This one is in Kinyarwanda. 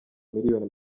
miliyoni